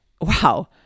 wow